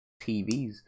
TVs